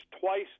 twice